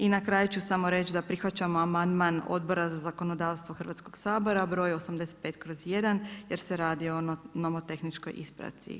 I na kraju ću samo reći da prihvaćamo amandman Odbora za zakonodavstvo Hrvatskog sabora br. 85/1 jer se radi o nomotehničkoj ispravci.